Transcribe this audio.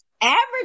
average